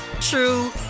true